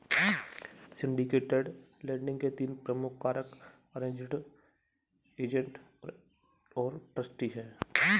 syndicated lending के तीन प्रमुख कारक अरेंज्ड, एजेंट और ट्रस्टी हैं